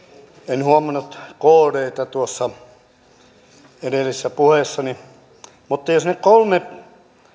en huomannut kdtä tuossa edellisessä puheessani mutta jos nyt kolme